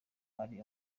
ari